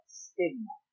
stigma